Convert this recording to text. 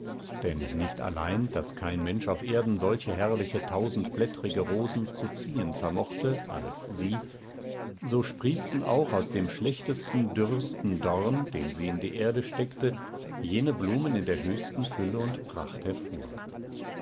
denn nicht allein daß kein mensch auf erden solche herrliche tausendblättrige rosen zu ziehen vermochte als sie so sprießten auch aus dem schlechtesten dürresten dorn den sie in die erde steckte jene blumen in der höchsten fülle und pracht hervor